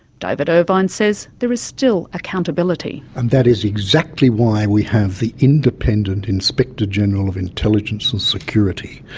david irvine says there is still accountability. and that is exactly why we have the independent inspector-general of intelligence and security,